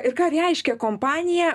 ir ką reiškia kompanija